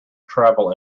travel